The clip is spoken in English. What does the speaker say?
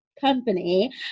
company